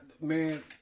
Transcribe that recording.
Man